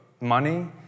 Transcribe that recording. money